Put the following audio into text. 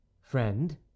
friend